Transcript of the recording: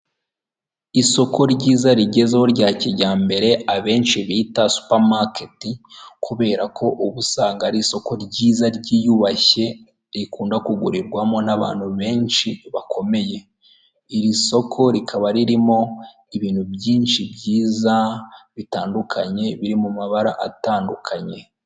Amafaranga y'amanyamahanga yo mu gihugu cy'ubuhinde yo muri banki rizavu y'ubuhinde, ikaba ari amafaranga magana cyenda afite ishusho ya mahati magandi.